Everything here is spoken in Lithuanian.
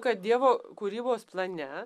kad dievo kūrybos plane